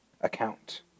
account